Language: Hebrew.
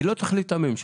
היא לא תחליף את הממשלה.